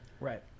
Right